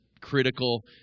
critical